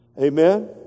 Amen